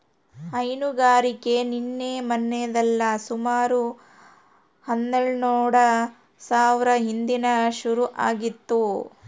ಹೈನುಗಾರಿಕೆ ನಿನ್ನೆ ಮನ್ನೆದಲ್ಲ ಸುಮಾರು ಹನ್ನೆಲ್ಡು ಸಾವ್ರ ಹಿಂದೇನೆ ಶುರು ಆಗಿತ್ತು